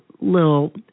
little